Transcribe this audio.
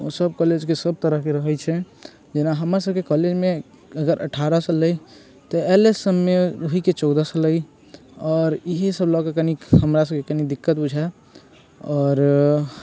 ओ सभ कॉलेजके सभ तरहके रहै छै जेना हमर सभके कॉलेजमे अगर अठारह सएके लै तऽ एल एस एम मे ओहीके चौदह सए लै आओर इहे सभ लऽ कऽ कनि हमरा सभके कनि दिक्कत बुझाय आओर